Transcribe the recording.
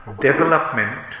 development